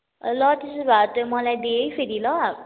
ल त्यसो भए त्यो मलाई दे है फेरि ल